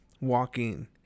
walking